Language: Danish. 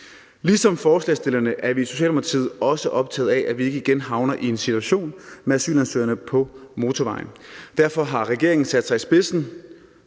Ligesom forslagsstillerne er vi i Socialdemokratiet også optaget af, at vi ikke igen havner i en situation med asylansøgere på motorvejen. Derfor har regeringen sat sig i spidsen